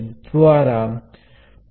જે RmIx વ્યાખ્યાયિત થયેલ છે